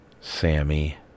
Sammy